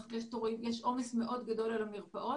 יש עומס גדול מאוד על המרפאות.